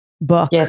book